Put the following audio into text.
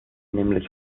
nämlich